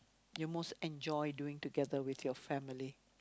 you most enjoy doing together with your family